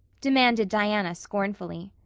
demanded diana scornfully.